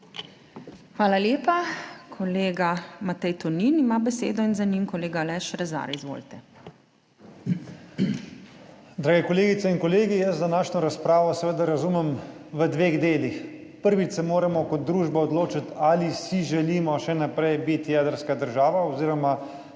Hvala lepa. Kolega Matej Tonin ima besedo, za njim kolega Aleš Rezar. Izvolite. **MAG. MATEJ TONIN (PS NSi):** Drage kolegice in kolegi! Jaz današnjo razpravo seveda razumem v dveh delih. Prvič, da se moramo kot družba odločiti, ali si želimo še naprej biti jedrska država oziroma